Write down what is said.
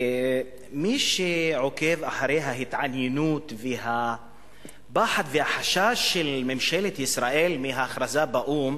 מי שעוקב אחרי ההתעניינות והפחד והחשש של ממשלת ישראל מההכרזה באו"ם,